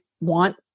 want